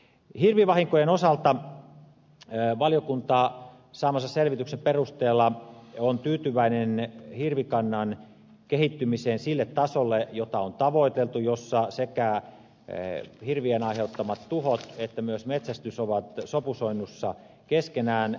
hirvivahinkojen osalta valiokunta saamansa selvityksen perusteella on tyytyväinen hirvikannan kehittymiseen sille tasolle jota on tavoiteltu ja jolla sekä hirvien aiheuttamat tuhot että myös metsästys ovat sopusoinnussa keskenään